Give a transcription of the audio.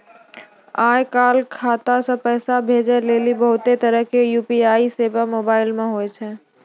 आय काल खाता से पैसा भेजै लेली बहुते तरहो के यू.पी.आई सेबा मोबाइल मे होय छै